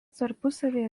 tarpusavyje